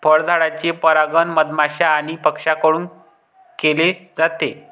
फळझाडांचे परागण मधमाश्या आणि पक्ष्यांकडून केले जाते